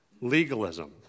legalism